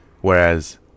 whereas